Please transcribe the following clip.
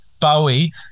Bowie